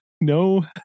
no